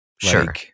Sure